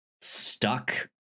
stuck